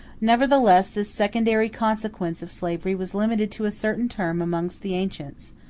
nevertheless, this secondary consequence of slavery was limited to a certain term amongst the ancients,